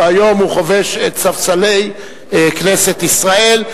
והיום הוא חובש את ספסלי כנסת ישראל.